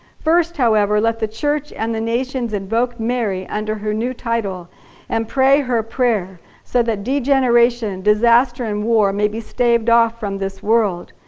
first, however, let the church and the nations invoke mary under her new title and pray her prayer so that degeneration, disaster and war may be staved off from this world.